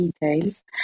details